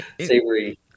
savory